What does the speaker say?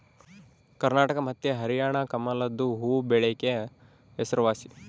ಕರ್ನಾಟಕ ಮತ್ತೆ ಹರ್ಯಾಣ ಕಮಲದು ಹೂವ್ವಬೆಳೆಕ ಹೆಸರುವಾಸಿ